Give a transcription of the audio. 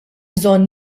bżonn